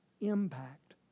impact